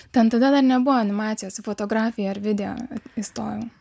ten tada dar nebuvo animacijos į fotografiją ir video įstojau